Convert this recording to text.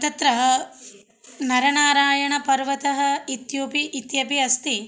तत्र नरनारायणपर्वतः इत्यपि इत्यपि अस्ति